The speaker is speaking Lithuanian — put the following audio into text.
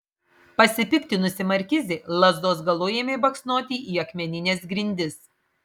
pasipiktinusi markizė lazdos galu ėmė baksnoti į akmenines grindis